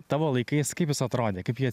tavo laikais kaip jis atrodė kaip ji